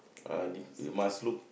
uh deep you must look